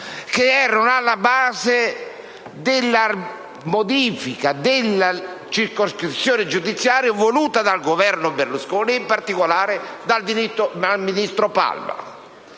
le ragioni alla base della modifica delle circoscrizioni giudiziarie voluta dal Governo Berlusconi e, in particolare, dall'ex ministro Palma.